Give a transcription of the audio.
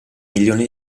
milione